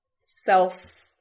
self